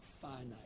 finite